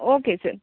okay sir